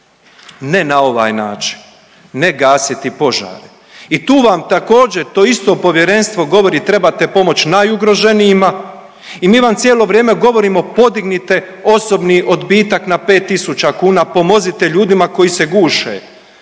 ne na ovaj način, ne gasiti požare i tu vam također to isto povjerenstvo govori trebate pomoć najugroženijima i mi vam cijelo vrijeme govorimo podignite osobni odbitak na 5 tisuća kuna, pomozite ljudima koji se guše,